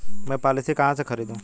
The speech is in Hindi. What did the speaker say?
मैं पॉलिसी कहाँ से खरीदूं?